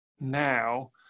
now